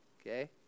okay